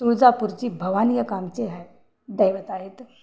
तुळजापूरची भवानी एक आमची आहे दैवत आहे ते